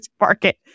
market